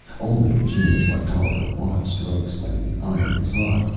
only a genius like tolliver watt strikes when the iron is hot,